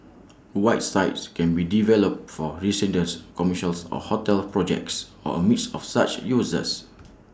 white sites can be developed for residents commercials or hotel projects or A mix of such uses